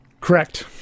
Correct